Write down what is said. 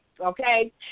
okay